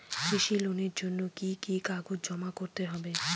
কৃষি লোনের জন্য কি কি কাগজ জমা করতে হবে?